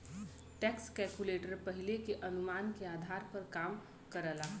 tax calculator पहिले के अनुमान के आधार पर काम करला